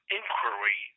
inquiry